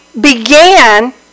began